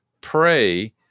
pray